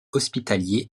hospitalier